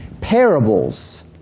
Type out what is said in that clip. parables